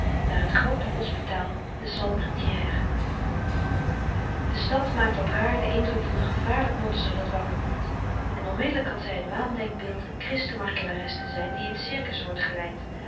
naar het groote hospitaal de salpétrière de stad maakte op haar den indruk van een gevaarlijk monster dat wakker wordt en onmiddellijk had zij het waandenkbeeld een christen martelares te zijn die in t circus wordt geleid